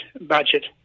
budget